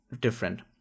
different